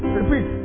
Repeat